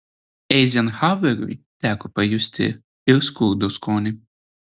eizenhaueriui teko pajusti ir skurdo skonį